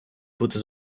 бути